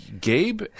Gabe